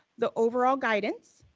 the overall guidance.